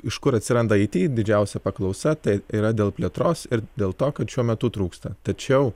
iš kur atsiranda it didžiausia paklausa tai tai yra dėl plėtros ir dėl to kad šiuo metu trūksta tačiau